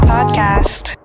Podcast